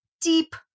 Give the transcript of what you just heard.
deep